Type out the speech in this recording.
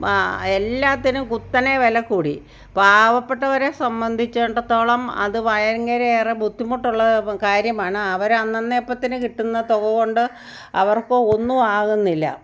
പ എല്ലാത്തിനും കുത്തനെ വില കൂടി പാവപ്പെട്ടവരെ സംബന്ധിച്ചിടത്തോളം അത് ഭയങ്ങരയേറെ ബുദ്ധിമുട്ടുള്ള കാര്യമാണ് അവർ അന്നന്ന് അപ്പത്തിന് കിട്ടുന്ന തുക കൊണ്ട് അവർക്ക് ഒന്നും ആകുന്നില്ല